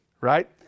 right